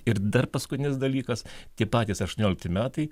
ir dar paskutinis dalykas tie patys aštuoniolikti metai